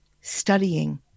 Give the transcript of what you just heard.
studying